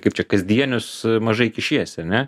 kaip čia kasdienius mažai kišiesi ar ne